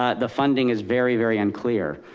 ah the funding is very, very unclear.